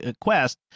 quest